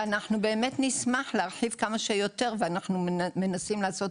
אנחנו נשמח להרחיב כמה שיותר ואנחנו מנסים לעשות